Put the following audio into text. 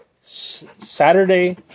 saturday